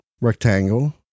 rectangle